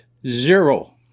zero